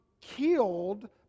killed